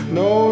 no